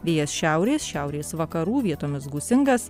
vėjas šiaurės šiaurės vakarų vietomis gūsingas